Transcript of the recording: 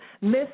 Miss